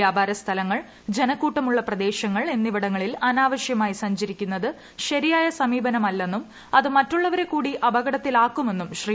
വ്യാപാര സ്ഥലങ്ങൾ ജനക്കൂട്ടമുള്ള പ്രദേശങ്ങൾ എസ്സിവിടങ്ങളിൽ അനാവശ്യമായി സഞ്ചരിക്കുന്നത് ശരിയ്ക്ക്യിസ്മീപനമല്ലെന്നും അത് മറ്റുള്ളവരെ കൂടി അപകടത്തിൽാക്ക്കുമെന്നും ശ്രീ